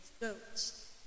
goats